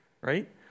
right